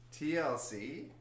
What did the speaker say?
TLC